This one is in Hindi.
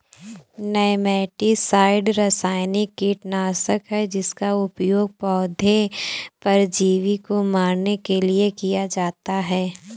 नेमैटिसाइड रासायनिक कीटनाशक है जिसका उपयोग पौधे परजीवी को मारने के लिए किया जाता है